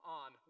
on